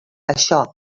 això